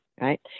right